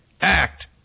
act